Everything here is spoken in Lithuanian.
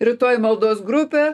rytoj maldos grupė